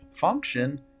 function